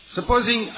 Supposing